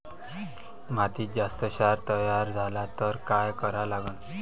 मातीत जास्त क्षार तयार झाला तर काय करा लागन?